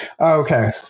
Okay